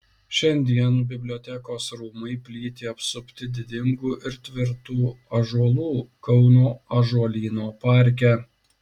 šiandien bibliotekos rūmai plyti apsupti didingų ir tvirtų ąžuolų kauno ąžuolyno parke